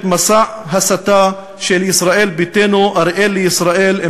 מסע הסתה של ישראל ביתנו: "אריאל לישראל,